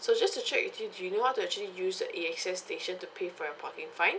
so just to check with you do you know how to actually use the A_X_S station to pay for your parking fine